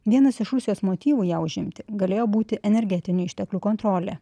vienas iš rusijos motyvų ją užimti galėjo būti energetinių išteklių kontrolė